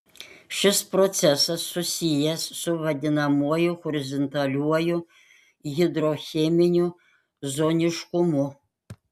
šis procesas susijęs su vadinamuoju horizontaliuoju hidrocheminiu zoniškumu